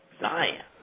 Zion